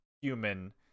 human